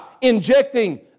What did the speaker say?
injecting